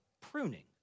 pruning